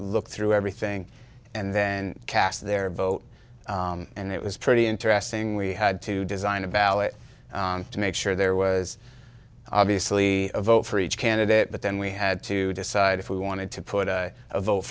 looked through everything and then cast their vote and it was pretty interesting we had to design a ballot to make sure there was obviously a vote for each candidate but then we had to decide if we wanted to put a vote